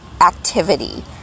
activity